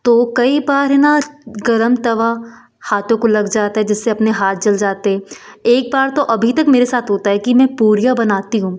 तो कई बार है न गर्म तवा हाथों को लग जाता है जिससे अपने हाथ जल जाते एक बार तो अभी तक मेरे साथ होता है कि मैं पूरियाँ बनाती हूँ